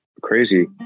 crazy